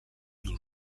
nos